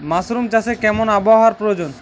Mushroom চাষে কেমন আবহাওয়ার প্রয়োজন?